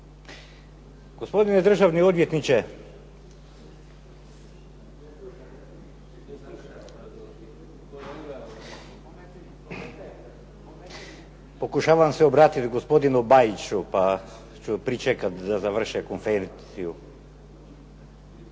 Gospodine državni odvjetniče. Pokušavam se obratiti gospodinu Bajiću, pa ću pričekati da završe konferenciju.